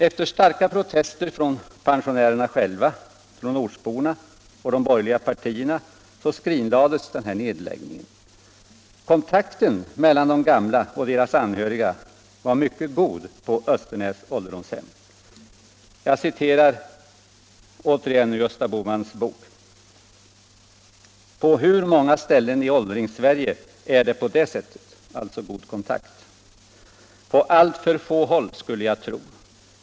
Efter starka protester från pensionärerna själva, från ortsborna och de borgerliga partierna skrinlades nedläggningen. Kontakten mellan de gamla och deras anhöriga var mycket god på Östernäs ålderdomshem. Gösta Bohman skriver så här i sin bok: ”På hur många ställen i Sverige är det på det sättet?” — alltså god kontakt. ”På alltför få håll skulle jag tro.